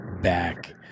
back